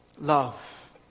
love